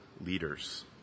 leaders